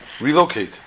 relocate